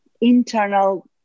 internal